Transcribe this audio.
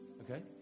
Okay